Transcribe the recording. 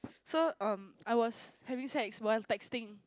so um I was having sex while texting